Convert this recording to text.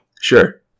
Sure